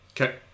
okay